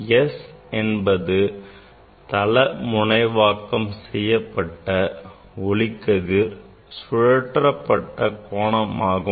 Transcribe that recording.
S என்பது தள முனைவாக்கம் செய்யப்பட்ட ஒளிக்கதிர் சுழற்றப்பட்ட கோணமாகும்